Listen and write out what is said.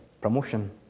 promotion